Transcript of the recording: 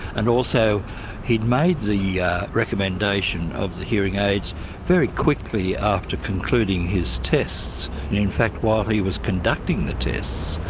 and also he'd made the yeah recommendation of the hearing aids very quickly after concluding his tests in fact while he was conducting the tests,